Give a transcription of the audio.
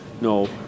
no